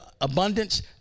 abundance